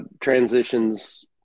Transitions